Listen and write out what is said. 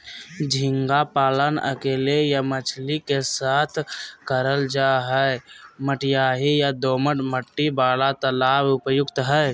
झींगा पालन अकेले या मछली के साथ करल जा हई, मटियाही या दोमट मिट्टी वाला तालाब उपयुक्त हई